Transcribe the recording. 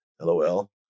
LOL